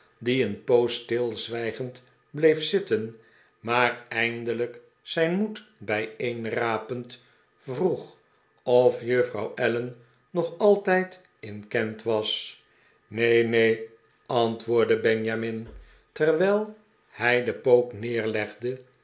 die een poos stilzwijgend bleef zitten maar eindelijk zijn moed bijeenrapend vroeg of juffrouw allen nog altijd in kent was neen neen antwoordde benjamin terwijl hij den pook neerlegde